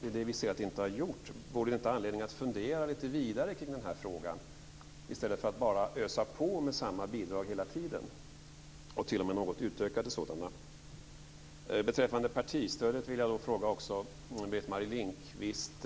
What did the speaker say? Det är det vi ser att det inte har varit. Vore det inte anledning att fundera lite vidare kring den här frågan i stället för att hela tiden bara ösa på med samma bidrag, och t.o.m. något utökade sådana? Marie Lindkvist: